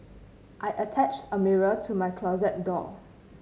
I attached a mirror to my closet door